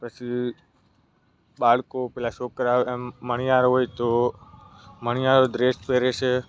પછી બાળકો પેલા છોકરા આમ મણિયાર હોય તો મણિયારો ડ્રેસ પહેરે છે